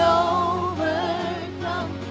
overcome